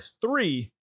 three